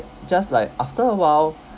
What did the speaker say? just like after a while